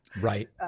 Right